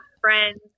Friends